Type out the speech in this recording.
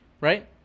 right